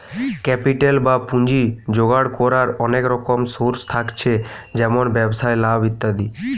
capital বা পুঁজি জোগাড় কোরার অনেক রকম সোর্স থাকছে যেমন ব্যবসায় লাভ ইত্যাদি